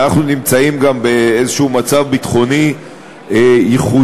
שאנחנו נמצאים גם באיזה מצב ביטחוני ייחודי,